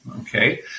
Okay